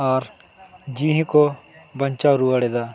ᱟᱨ ᱡᱤᱣᱤᱠᱚ ᱵᱟᱧᱪᱟᱣ ᱨᱩᱣᱟᱹᱲᱮᱫᱟ